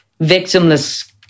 victimless